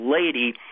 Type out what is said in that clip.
Lady